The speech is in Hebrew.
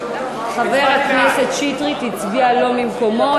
חבר הכנסת שטרית הצביע לא ממקומו,